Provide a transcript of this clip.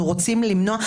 אנחנו רוצים למנוע,